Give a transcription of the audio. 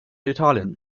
italien